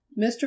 Mr